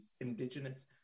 Indigenous